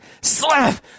Slap